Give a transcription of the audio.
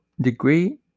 degree